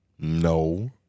No